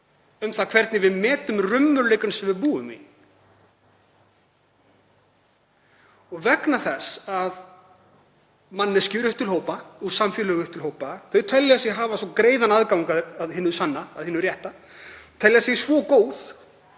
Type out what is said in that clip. um það hvernig við metum raunveruleikann sem við búum í. Manneskjur upp til hópa og samfélög upp til hópa telja sig hafa svo greiðan aðgang að hinu sanna, að hinu rétta, telja sig svo góð,